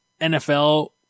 NFL